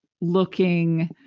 looking